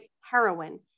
heroin